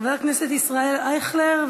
חבר הכנסת ישראל אייכלר,